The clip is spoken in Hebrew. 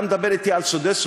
אתה מדבר אתי על סודי-סודות?